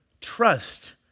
trust